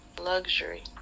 Luxury